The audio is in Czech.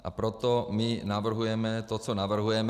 A proto navrhujeme to, co navrhujeme.